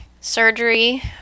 surgery